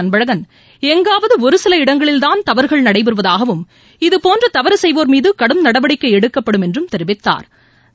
அன்பழகன் எங்காவது ஒருசில இடங்களில்தான் தவறுகள் நடைபெறுவதாகவும் இதுபோன்று தவறு செய்வோா் மீது கடும் நடவடிக்கை எடுக்கப்படும் என்றும் தெரிவித்தாா்